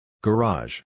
Garage